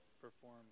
perform